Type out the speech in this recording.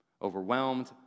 overwhelmed